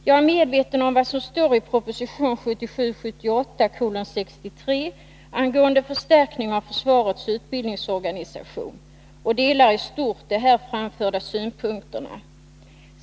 Jag är medveten om vad som står i proposition 1977/78:63 angående förstärkning av försvarets utbildningsorganisation och delar i stort de där framförda synpunkterna.